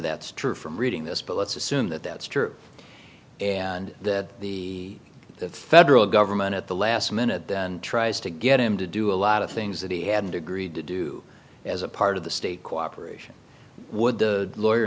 that's true from reading this but let's assume that that's true and that the federal government at the last minute tries to get him to do a lot of things that he had agreed to do as a part of the state cooperation would the lawyer